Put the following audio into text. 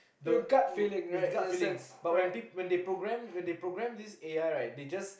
the w~ the gut feeling but when when they program when they program this A_I right they just